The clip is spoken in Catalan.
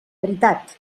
veritat